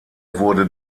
wurde